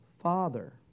Father